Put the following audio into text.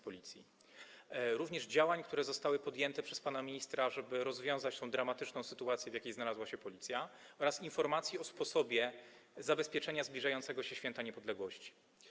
Chodzi również o działania, które zostały podjęte przez pana ministra, żeby rozwiązać tą dramatyczną sytuację, w jakiej znalazła się Policja, oraz o informację o sposobie zabezpieczenia zbliżającego się święta niepodległości.